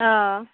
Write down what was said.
অঁ